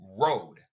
road